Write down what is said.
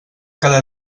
cada